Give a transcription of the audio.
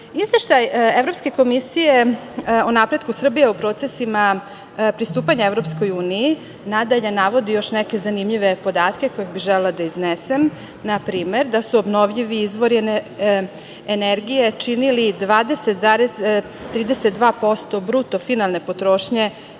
Srbije. Izveštaj Evropske komisije o napretku Srbije, u procesima pristupanja Evropskoj uniji najdalje navodi još neke zanimljive podatke koje bih želela da iznesem, na primer da su obnovljivi izvori energije činili 20,32% bruto finalne potrošnje